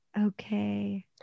Okay